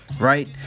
right